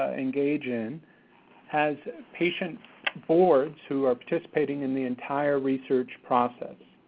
ah engage in has patient boards who are participating in the entire research process.